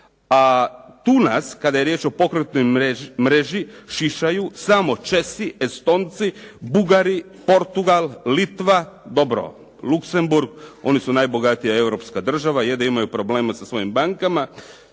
A tu nas kada je riječ o pokretnoj mreži šišaju samo Česi, Estonci, Bugari, Portugal, Litva, dobro Luxemburg oni su najbogatija europska država. Je da imaju problema sa svojim bankama.